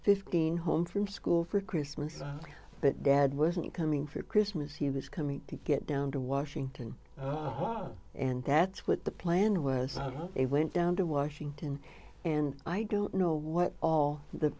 fifteen home from school for christmas but dad wasn't coming for christmas he was coming to get down to washington and that's what the plan was it went down to washington and i don't know what all the